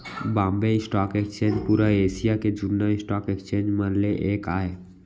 Bombay stock exchange पुरा Asia के जुन्ना स्टॉक एक्सचेंज म ले एक आय